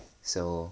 so